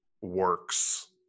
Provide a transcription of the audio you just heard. works